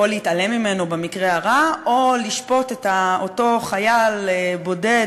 להתעלם ממנו במקרה הרע או לשפוט את אותו חייל בודד,